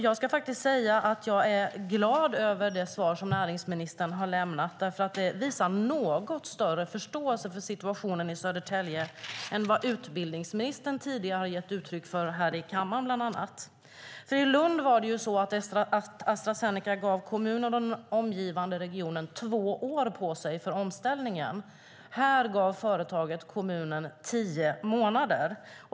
Jag ska faktiskt säga att jag är glad över det svar som näringsministern har lämnat, för det visar något större förståelse för situationen i Södertälje än vad utbildningsministern tidigare har gett uttryck för här i kammaren, bland annat. I Lund gav Astra Zeneca kommunen och den omgivande regionen två år för omställningen. Här gav företaget kommunen tio månader.